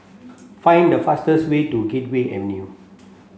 find the fastest way to Gateway Avenue